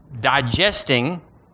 digesting